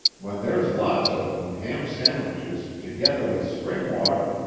when there's lots of them, ham sandwiches, together with spring water,